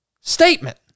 statement